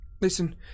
listen